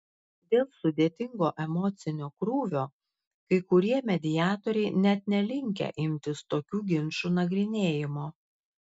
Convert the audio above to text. dėl sudėtingo emocinio krūvio kai kurie mediatoriai net nelinkę imtis tokių ginčų nagrinėjimo